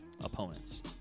opponents